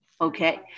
Okay